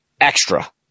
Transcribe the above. extra